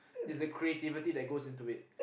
is the creativity that goes into it